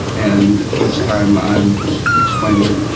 and each time i'm explaining,